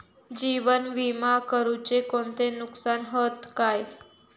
जीवन विमा करुचे कोणते नुकसान हत काय?